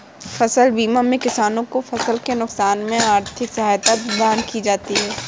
फसल बीमा में किसानों को फसल के नुकसान में आर्थिक सहायता प्रदान किया जाता है